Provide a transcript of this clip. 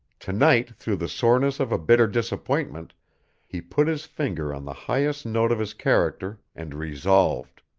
tonight through the soreness of a bitter disappointment he put his finger on the highest note of his character and resolved.